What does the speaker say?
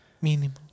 Mínimo